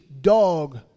dog